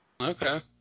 Okay